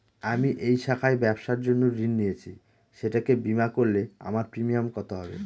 আমি এই শাখায় ব্যবসার জন্য ঋণ নিয়েছি সেটাকে বিমা করলে আমার প্রিমিয়াম কত হবে?